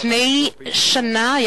לפני שנה,